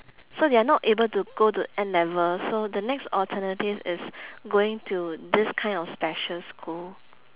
so they are not able to go to N-level so the next alternative is going to this kind of special school